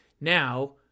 Now